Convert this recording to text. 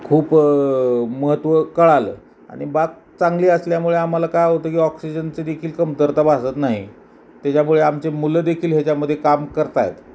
खूप महत्त्व कळलं आणि बाग चांगली असल्यामुळे आम्हाला काय होतं की ऑक्सिजनचे देखील कमतरता भासत नाही त्याच्यामुळे आमचे मुलंदेखील ह्याच्यामध्ये काम करत आहेत